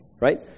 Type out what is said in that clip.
Right